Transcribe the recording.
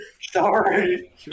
Sorry